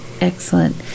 excellent